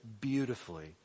beautifully